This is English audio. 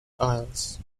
isles